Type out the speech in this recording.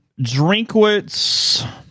Drinkwitz